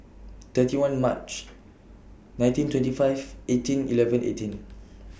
thirty one March nineteen twenty five eighteen eleven eighteen